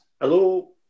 Hello